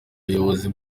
buyobozi